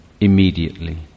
immediately